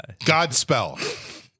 Godspell